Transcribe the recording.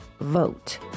vote